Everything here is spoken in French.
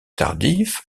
tardif